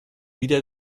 wieder